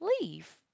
leave